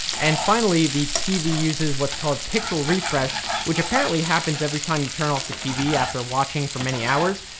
and finally the tv uses what's called pixel refresh which apparently happens every time you turn off the tv after watching for many hours,